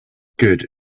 good